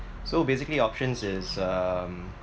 so basically options is um